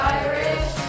irish